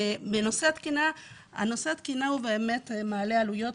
נושא התקינה באמת מעלה עלויות,